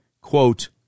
quote